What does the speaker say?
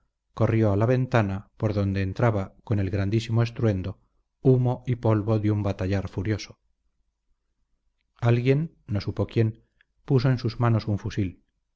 corrió a la ventana por donde entraba con el grandísimo estruendo humo y polvo de un batallar furioso alguien no supo quién puso en sus manos un fusil